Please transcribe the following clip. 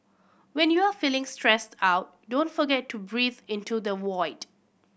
when you are feeling stressed out don't forget to breathe into the void